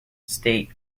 state